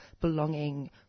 belonging